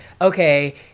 okay